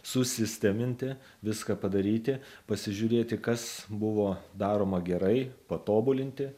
susisteminti viską padaryti pasižiūrėti kas buvo daroma gerai patobulinti